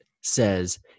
says